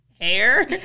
hair